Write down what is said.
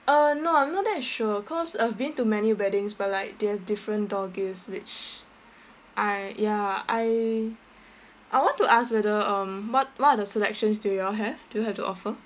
uh no I'm not that sure cause I've been to many weddings but like they have different door gifts which I ya I I want to ask whether um what what are the selections do you all have do you have to offer